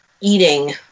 eating